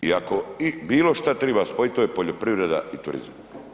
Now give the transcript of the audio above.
I ako bilo što treba spojiti to je poljoprivreda i turizam.